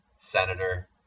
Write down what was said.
Senator